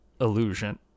illusion